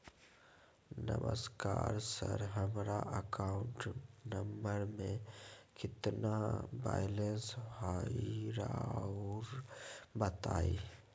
नमस्कार सर हमरा account number में कितना बैलेंस हेई राहुर बताई?